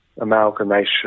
amalgamation